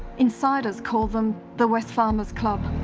insiders called them the wesfarmers club.